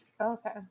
Okay